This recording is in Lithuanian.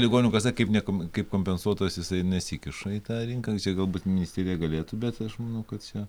ligonių kasa kaip niekam kaip kompensuotojas jisai nesikiša į tą rinką galbūt ministerija galėtų bet aš manau kad čia